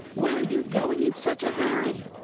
where are you going in such a hurry?